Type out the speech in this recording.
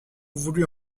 voulu